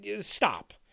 Stop